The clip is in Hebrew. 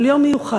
של יום מיוחד.